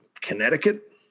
Connecticut